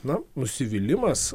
na nusivylimas